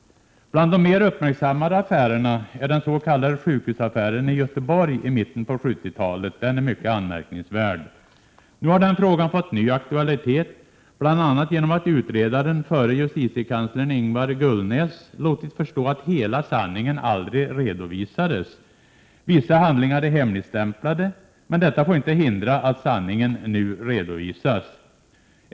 Bland de mer uppmärksammade affärerna är den s.k. sjukhusaffären i Göteborg i mitten av 70-talet. Den affären är särskilt anmärkningsvärd. Nu har den frågan fått ny aktualitet, bl.a. genom att utredaren, förre justi 9 tiekanslern Ingvar Gullnäs, låtit förstå att hela sanningen aldrig redovisades. Vissa handlingar är hemligstämplade, men detta får inte hindra att sanningen nu redovisas.